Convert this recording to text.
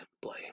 blame